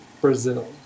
Brazil